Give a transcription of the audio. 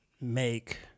make